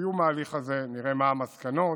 לסיום ההליך הזה, נראה מה המסקנות,